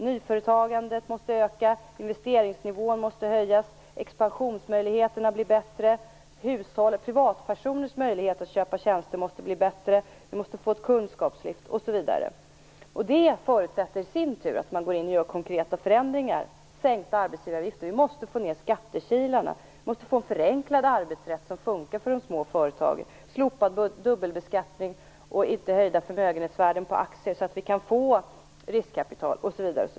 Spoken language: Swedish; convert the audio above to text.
Nyföretagandet måste öka, investeringsnivån måste höjas, expansionsmöjligheterna måste bli bättre, privatpersoners möjligheter att köpa tjänster måste bli bättre. Vi måste få ett kunskapslyft osv. Det förutsätter i sin tur att man gör konkreta förändringar, t.ex. sänkta arbetsgivaravgifter. Vi måste få ned skattekilarna och få en förenklad arbetsrätt som fungerar för de små företagen, slopad dubbelbeskattning och inte höjda förmögenhetsvärden på aktier så att vi kan få riskkapital osv.